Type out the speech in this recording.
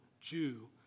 Jew